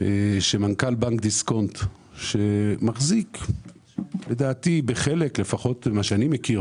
שמנכ"ל בנק דיסקונט שמחזיק לדעתי בחלק לפחות ממה שאני מכיר,